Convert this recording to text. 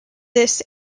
this